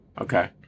Okay